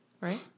Right